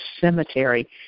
cemetery